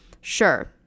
sure